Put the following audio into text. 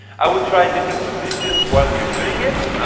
i would try different positions while you're doing it.